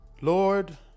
Lord